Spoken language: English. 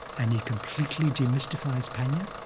and he completely demystifies panna.